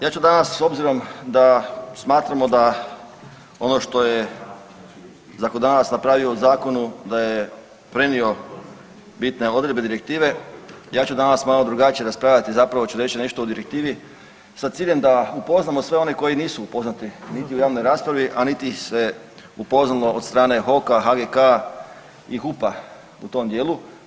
Ja ću danas s obzirom da smatramo da ono što je zakonodavac napravio u zakonu, da je prenio bitne odredbe direktive, ja ću danas malo drugačije raspravljati, zapravo ću reći nešto o direktivi sa ciljem da upoznamo sve one koji nisu upoznati niti u javnoj raspravi, a niti ih se upoznalo od strane HOK-a, HGK i HUP-a u tom dijelu.